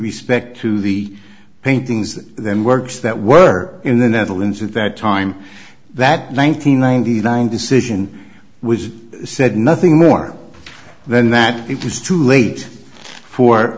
respect to the paintings then works that were in the netherlands at that time that one nine hundred ninety nine decision was said nothing more than that it was too late for